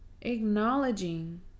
acknowledging